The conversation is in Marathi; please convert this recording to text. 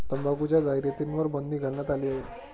तंबाखूच्या जाहिरातींवर बंदी घालण्यात आली आहे